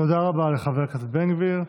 תודה רבה לחבר הכנסת בן גביר.